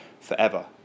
forever